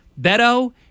Beto